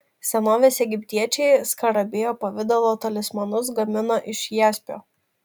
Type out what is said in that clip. senovės egiptiečiai skarabėjo pavidalo talismanus gamino iš jaspio